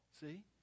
see